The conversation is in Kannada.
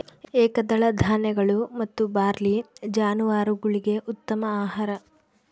ಏಕದಳ ಧಾನ್ಯಗಳು ಮತ್ತು ಬಾರ್ಲಿ ಜಾನುವಾರುಗುಳ್ಗೆ ಉತ್ತಮ ಆಹಾರ